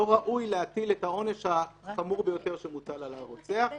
מבקש להזכיר את המסגרת הכללית שבה אנחנו נמצאים,